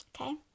Okay